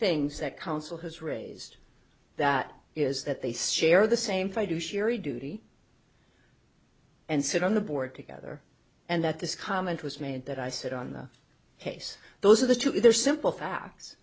things that counsel has raised that is that they stare the same fighters shiri duty and sit on the board together and that this comment was made that i sit on the yes those are the two they're simple facts